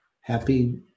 happy